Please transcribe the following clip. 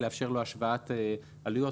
לאפשר לו השוואת עלויות,